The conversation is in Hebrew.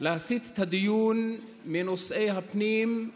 להסיט את הדיון מנושאי הפנים,